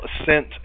ascent